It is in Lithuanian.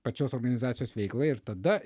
pačios organizacijos veiklai ir tada